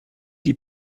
die